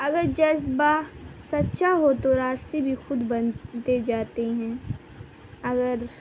اگر جذبہ سچا ہو تو راستے بھی خود بنتے جاتے ہیں اگر